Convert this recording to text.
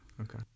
Okay